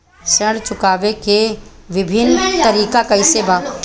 ऋण चुकावे के विभिन्न तरीका केतना बा?